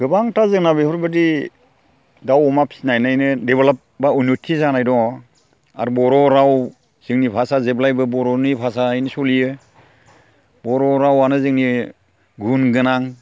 गोबां जोंना बेफोरबायदि दाउ अमा फिनायानो डेभेलप एबा उन्नुथि जानाय दङ आरो बर' राव जोंनि भाषा जेब्लायबो बर'नि भाषायैनो सोलियो बर' रावआनो जोंनि गुन गोनां